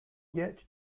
yet